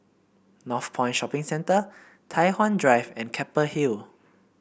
Northpoint Shopping Centre Tai Hwan Drive and Keppel Hill